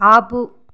ఆపు